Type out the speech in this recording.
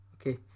Okay